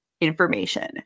information